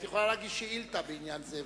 את יכולה להגיש שאילתא בעניין זה,